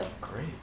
Great